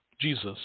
Jesus